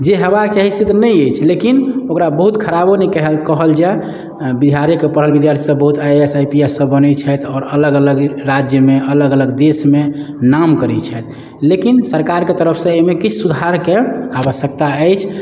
जे हेबाक चाही से तऽ नहि अछि लेकिन ओकरा बहुत खराबो नहि कहल जाइ बिहारेके पढ़ल विद्यार्थीसब बहुत I A S I P S बनै छथि आओर अलग अलग राज्यमे अलग अलग देशमे नाम करै छथि लेकिन सरकारके तरफसँ एहिमे किछु सुधारके आवश्यक्ता अछि